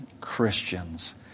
Christians